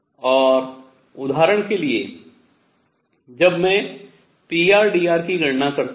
और उदाहरण के लिए जब मैं prdr की गणना करता हूँ